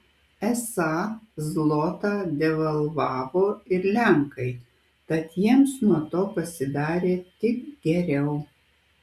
esą zlotą devalvavo ir lenkai tad jiems nuo to pasidarė tik geriau